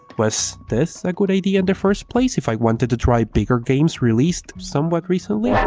was this a good idea in the first place if i wanted to try bigger games released somewhat recently? yeah